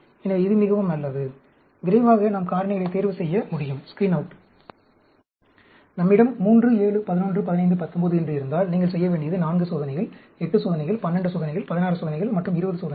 எனவே இது மிகவும் நல்லது விரைவாக நாம் காரணிகளை தேர்வு செய்ய முடியும் நம்மிடம் 3 7 11 15 19 என்று இருந்தால் நீங்கள் செய்ய வேண்டியது 4 சோதனைகள் 8 சோதனைகள் 12 சோதனைகள் 16 சோதனைகள் மற்றும் 20 சோதனைகள்